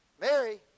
Mary